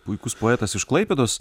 puikus poetas iš klaipėdos